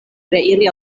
reiri